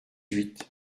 huit